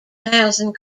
housing